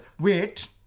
wait